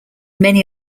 many